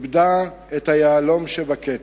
איבדה את היהלום שבכתר.